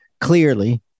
clearly